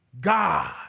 God